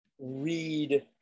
read